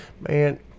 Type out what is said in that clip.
Man